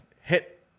hit